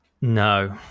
no